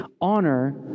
honor